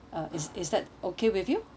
uh is is that okay with you